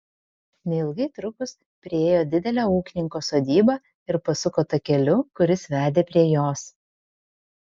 neilgai trukus priėjo didelę ūkininko sodybą ir pasuko takeliu kuris vedė prie jos